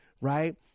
right